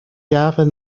jahre